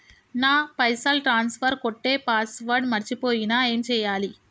నా పైసల్ ట్రాన్స్ఫర్ కొట్టే పాస్వర్డ్ మర్చిపోయిన ఏం చేయాలి?